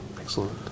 excellent